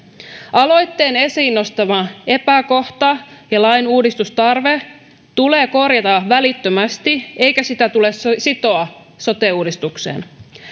aloitteen esiin nostama epäkohta ja lain uudistustarve tulee korjata välittömästi eikä sitä tule sitoa sote uudistukseen